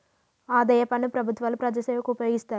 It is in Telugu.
ఆదాయ పన్ను ప్రభుత్వాలు ప్రజాసేవకు ఉపయోగిస్తారు